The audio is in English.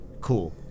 Cool